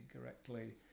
correctly